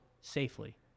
safely